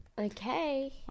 Okay